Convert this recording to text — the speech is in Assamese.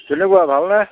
কেনেকুৱা ভালনে